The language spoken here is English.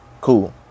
Cool